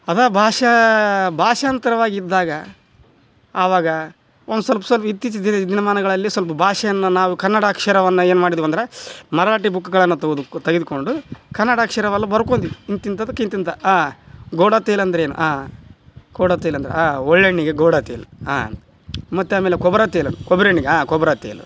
ಅದು ಭಾಷಾ ಭಾಷಾಂತರವಾಗಿ ಇದ್ದಾಗ ಅವಾಗ ಒಂದು ಸಲ್ಪ ಸಲ್ಪ ಇತ್ತೀಚಿನ ದಿನ ದಿನಮಾನಗಳಲ್ಲಿ ಸ್ವಲ್ಪ ಭಾಷೆಯನ್ನು ನಾವು ಕನ್ನಡ ಅಕ್ಷರವನ್ನು ಏನು ಮಾಡಿದೇವೆ ಅಂದ್ರೆ ಮರಾಠಿ ಬುಕ್ಗಳನ್ನು ತೆಗ್ದು ತೆಗೆದುಕೊಂಡು ಕನ್ನಡ ಅಕ್ಷರವೆಲ್ಲ ಬರ್ಕೊಂಡಿವ್ ಇಂಥಿಂಥದಕ್ಕೆ ಇಂಥಿಂಥ ಗೋಡಾ ತೇಲ್ ಅಂದ್ರೆ ಏನು ಗೋಡಾ ತೇಲ್ ಅಂದ್ರೆ ಒಳ್ಳೆಣ್ಣೆಗೆ ಗೋಡಾ ತೇಲ್ ಮತ್ತು ಆಮೇಲೆ ಕೊಬ್ರ ತೇಲ್ ಕೊಬ್ಬರಿ ಎಣ್ಣೆಗೆ ಖೊಬ್ರ ತೇಲ್